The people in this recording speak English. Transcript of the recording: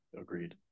Agreed